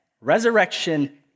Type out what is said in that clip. resurrection